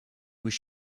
was